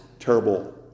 Terrible